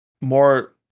more